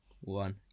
one